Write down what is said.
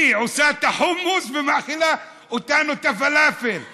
היא עושה את החומוס ומאכילה אותנו את הפלאפל וכאילו,